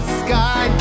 sky